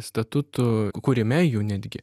statutų kūrime jau netgi